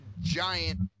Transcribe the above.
giant